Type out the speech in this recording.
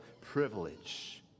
privilege